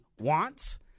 wants